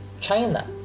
China